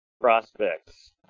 prospects